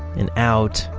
and out,